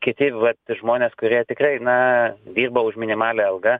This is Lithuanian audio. kiti vat žmonės kurie tikrai na dirba už minimalią algą